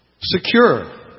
secure